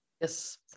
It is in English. yes